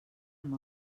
amb